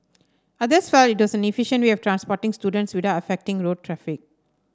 others felt it was an efficient way of transporting students without affecting road traffic